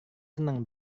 senang